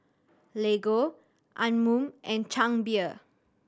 Lego Anmum and Chang Beer